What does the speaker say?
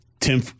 Tim